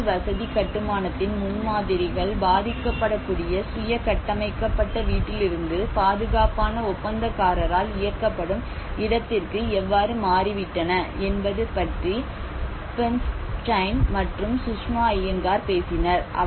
வீட்டுவசதி கட்டுமானத்தின் முன்மாதிரிகள் பாதிக்கப்படக்கூடிய சுய கட்டமைக்கப்பட்ட வீட்டிலிருந்து பாதுகாப்பான ஒப்பந்தக்காரரால் இயக்கப்படும் இடத்திற்கு எவ்வாறு மாறிவிட்டன என்பது பற்றி பெர்ன்ஸ்டைன் மற்றும் சுஷ்மா ஐயங்கார் பேசினர்